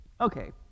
Okay